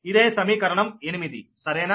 ఇదే సమీకరణం 8 సరేనా